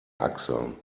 achseln